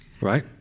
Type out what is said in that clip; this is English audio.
Right